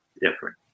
different